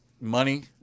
money